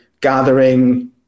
gathering